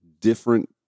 different